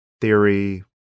theory